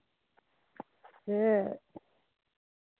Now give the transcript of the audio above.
ए